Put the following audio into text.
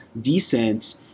descent